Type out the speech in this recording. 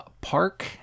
Park